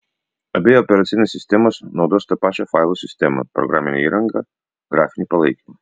abi operacinės sistemos naudos tą pačią failų sistemą programinę įrangą grafinį palaikymą